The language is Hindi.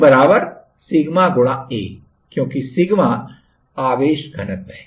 तो Q सिग्मा A क्योंकि सिग्मा आवेश घनत्व है